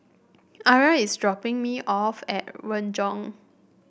Arra is dropping me off at Renjong